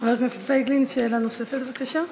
חבר הכנסת פייגלין, שאלה נוספת, בבקשה.